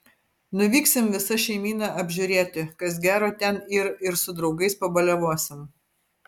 nuvyksim visa šeimyna apžiūrėti kas gero ten yr ir su draugais pabaliavosim